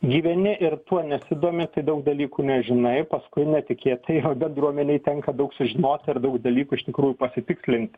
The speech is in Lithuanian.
gyveni ir tuo nesidomi tai daug dalykų nežinai paskui netikėtai o bendruomenei tenka daug sužinoti ir daug dalykų iš tikrųjų pasitikslint